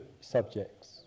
subjects